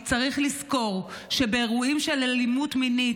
כי צריך לזכור שאירועים של אלימות מינית